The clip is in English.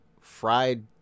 fried